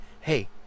hey